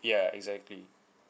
ya exactly